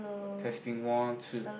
testing one two